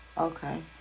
okay